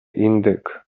indyk